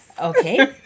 Okay